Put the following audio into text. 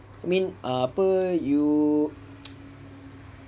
I mean apa you